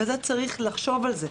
וצריך לחשוב על זה.